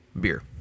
beer